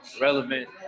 relevant